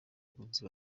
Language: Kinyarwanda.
abunzi